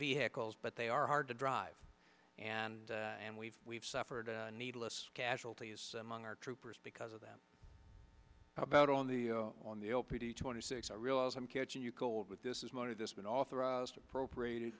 vehicles but they are hard to drive and and we've we've suffered needless casualties among our troopers because of them about on the on the o p twenty six i realize i'm catching you cold with this is most of this been authorized appropriated